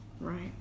Right